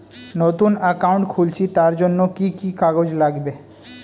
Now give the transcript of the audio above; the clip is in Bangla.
নতুন অ্যাকাউন্ট খুলছি তার জন্য কি কি কাগজ লাগবে?